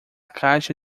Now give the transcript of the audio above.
caixa